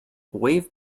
wave